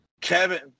Kevin